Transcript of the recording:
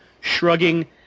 shrugging